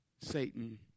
Satan